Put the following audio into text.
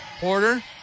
Porter